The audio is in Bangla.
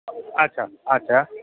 আচ্ছা আচ্ছা